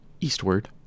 eastward